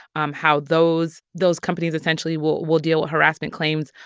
um how those those companies essentially will will deal with harassment claims.